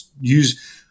use